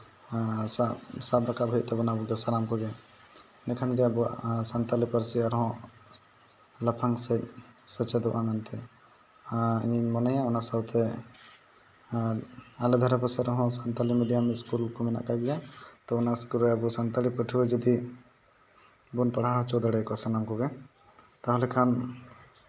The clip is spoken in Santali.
ᱥᱟᱵ ᱨᱟᱠᱟᱵ ᱦᱩᱭᱩᱜ ᱛᱟᱵᱳᱱᱟ ᱟᱵᱚ ᱫᱚ ᱥᱟᱱᱟᱢ ᱠᱚᱜᱮ ᱮᱱᱠᱷᱟᱱ ᱜᱮ ᱟᱵᱚᱣᱟᱜ ᱥᱟᱱᱛᱟᱲᱤ ᱯᱟᱹᱨᱥᱤ ᱟᱨᱦᱚᱸ ᱞᱟᱯᱷᱟᱝ ᱥᱮᱫ ᱥᱮᱪᱮᱫᱚᱜᱼᱟ ᱢᱮᱱᱛᱮ ᱤᱧᱤᱧ ᱢᱚᱱᱮᱭᱟ ᱚᱱᱟ ᱥᱟᱶᱛᱮ ᱟᱞᱮ ᱫᱷᱟᱨᱮ ᱯᱟᱥᱮ ᱨᱮᱦᱚᱸ ᱥᱟᱱᱛᱟᱞᱤ ᱢᱤᱰᱤᱭᱟᱢ ᱤᱥᱠᱩᱞ ᱠᱚ ᱢᱮᱱᱟᱜ ᱠᱟᱜ ᱜᱮᱭᱟ ᱛᱚ ᱚᱱᱟ ᱤᱥᱠᱩᱞ ᱨᱮ ᱥᱟᱱᱛᱟᱞᱤ ᱯᱟᱹᱴᱷᱩᱣᱟᱹ ᱡᱩᱫᱤ ᱵᱚᱱ ᱯᱟᱲᱦᱟᱣ ᱦᱚᱪᱚ ᱠᱚᱣᱟ ᱥᱟᱱᱟᱢ ᱠᱚᱜᱮ ᱛᱟᱦᱚᱞᱮᱠᱷᱟᱱ